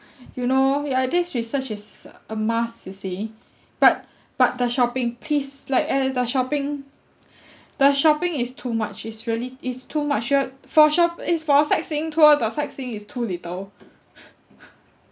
you know ya this research is a must you see but but the shopping please like eh the shopping the shopping is too much it's really it's too much sure for a shop is for a sightseeing tour the sightseeing is too little